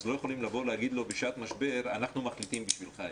אז לא יכולים לבוא להגיד לו בשעת משבר: אנחנו מחליטים בשבילך.